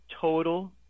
total